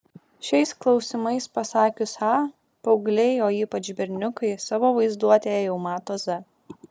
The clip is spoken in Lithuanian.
šiais klausimais pasakius a paaugliai o ypač berniukai savo vaizduotėje jau mato z